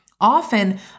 Often